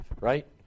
right